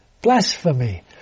blasphemy